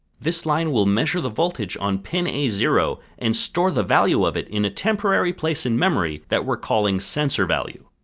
this line will measure the voltage on pin a zero, and store the value of it in a temporary place in memory that we are calling sensorvalue.